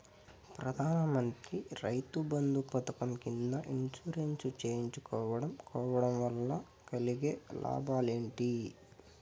ప్రధాన మంత్రి రైతు బంధు పథకం కింద ఇన్సూరెన్సు చేయించుకోవడం కోవడం వల్ల కలిగే లాభాలు ఏంటి?